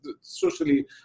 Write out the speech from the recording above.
socially